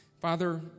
Father